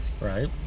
right